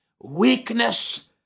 weakness